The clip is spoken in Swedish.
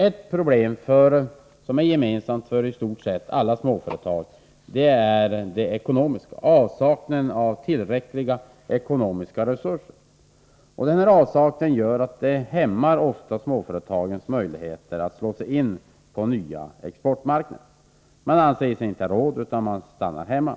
Ett problem som är gemensamt för i stort sett alla småföretag är avsaknaden av tillräckliga ekonomiska resurser. Detta hämmar ofta småföretagens möjligheter att slå sig in på nya exportmarknader. Man anser sig inte ha råd, och man stannar hemma.